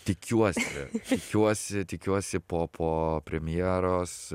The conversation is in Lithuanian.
tikiuosi tikiuosi tikiuosi po po premjeros